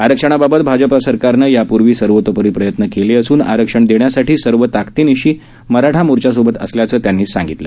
आरक्षणाबाबत भाजप सरकारनं यापूर्वी सर्वैतोपरी प्रयत्न केले असून आरक्षण देण्याकरता सर्व ताकदीनिशी मराठा मोर्चा सोबत असल्याचं त्यांनी सांगितलं